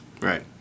Right